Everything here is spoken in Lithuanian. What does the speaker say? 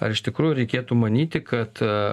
ar iš tikrųjų reikėtų manyti kad